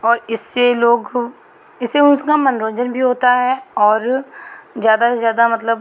और इससे लोग इससे उसका मनोरंजन भी होता है और ज्यादा से ज्यादा मतलब